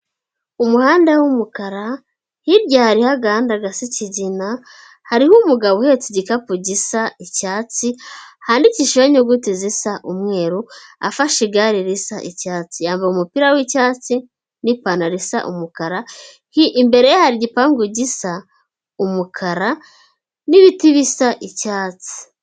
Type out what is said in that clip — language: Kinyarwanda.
Umuhanda w'umukara hirya hariho agaganda gasa ikigina hariho umugabo uhetse igikapu gisa icyatsi handikishijeho inyuguti zisa umweru afashe igare risa icyatsi, yambaye umupira w'icyatsi n'ipantaro isa umukara imbere y'igipangu gisa umukara n'ibiti bisa icyatsi.